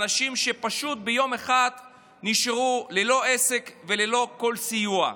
לאנשים שפשוט ביום אחד נשארו ללא עסק וללא כל סיוע.